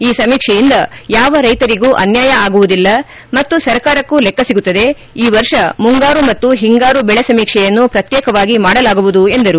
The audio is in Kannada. ಈ ಸಮೀಕ್ಷೆಯಿಂದ ಯಾವ ರೈತರಿಗೂ ಅನ್ಯಾಯ ಆಗುವುದಿಲ್ಲ ಮತ್ತು ಸರ್ಕಾರಕ್ಕೂ ಲೆಕ್ಕ ಸಿಗುತ್ತದೆ ಈ ವರ್ಷ ಮುಂಗಾರು ಮತ್ತು ಹಿಂಗಾರು ಬೆಳೆ ಸಮೀಕ್ಷೆಯನ್ನು ಪತ್ಯೇಕವಾಗಿ ಮಾಡಲಾಗುವುದು ಎಂದರು